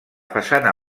façana